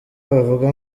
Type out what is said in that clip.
bavuga